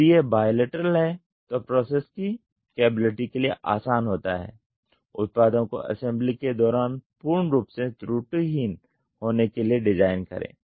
यदि यह बायलैटरल है तो प्रोसेस की कैपेबिलिटी के लिए आसान होता है उत्पादों को असेंबली के दौरान पूर्ण रूप से त्रुटिरहित होने के लिए डिज़ाइन करें